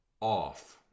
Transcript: off